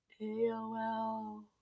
aol